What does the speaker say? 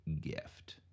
gift